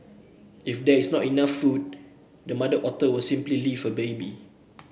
if there is not enough food the mother otter will simply leave her baby